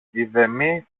ειδεμή